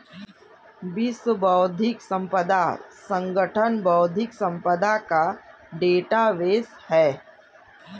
विश्व बौद्धिक संपदा संगठन बौद्धिक संपदा का डेटाबेस है